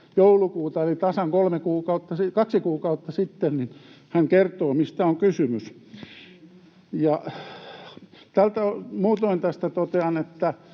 eli tasan kaksi kuukautta sitten hän kertoi, mistä on kysymys. Muutoin tästä totean,